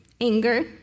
anger